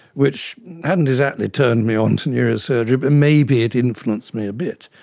which hadn't exactly turned me on to neurosurgery but maybe it influenced me a bit.